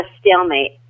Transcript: stalemate